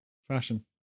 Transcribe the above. Fashion